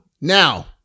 Now